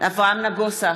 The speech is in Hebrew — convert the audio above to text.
אברהם נגוסה,